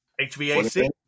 HVAC